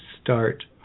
start